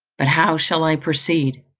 but how shall i proceed?